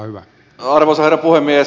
arvoisa herra puhemies